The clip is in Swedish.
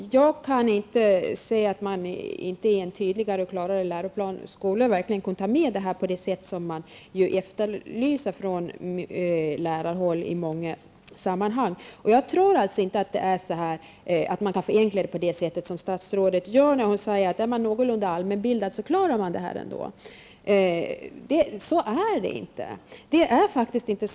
Jag kan inte se att man inte i en tydlig och klarläroplan skulle kunna ta med det man från lärarhåll efterlyser i många sammanhang. Jag tror faktiskt inte att man kan förenkla det hela på det sätt som statsrådet gör när hon säger att man klarar undervisningen ändå om man är någorlunda allmänbildad. Så är det inte.